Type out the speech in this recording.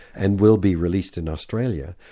and will be released in australia,